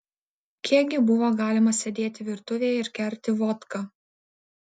kiek gi buvo galima sėdėti virtuvėje ir gerti vodką